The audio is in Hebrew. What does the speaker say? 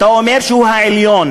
אתה אומר שהוא העליון,